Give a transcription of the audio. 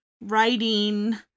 writing